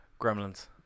Gremlins